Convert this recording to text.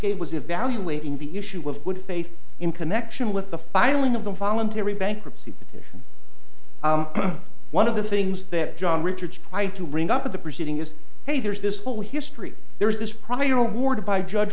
gave was evaluating the issue of good faith in connection with the filing of the voluntary bankruptcy petition one of the things that john richards tried to bring up at the proceeding is hey there's this whole history there is this prior awarded by judge